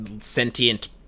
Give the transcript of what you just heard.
sentient